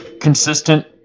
consistent